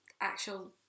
actual